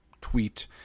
tweet